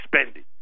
spending